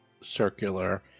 circular